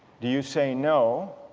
do you say no